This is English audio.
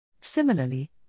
Similarly